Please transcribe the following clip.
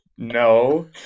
No